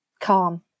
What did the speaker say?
calm